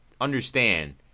understand